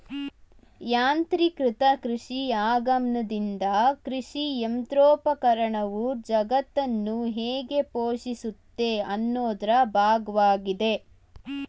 ಯಾಂತ್ರೀಕೃತ ಕೃಷಿ ಆಗಮನ್ದಿಂದ ಕೃಷಿಯಂತ್ರೋಪಕರಣವು ಜಗತ್ತನ್ನು ಹೇಗೆ ಪೋಷಿಸುತ್ತೆ ಅನ್ನೋದ್ರ ಭಾಗ್ವಾಗಿದೆ